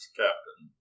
captain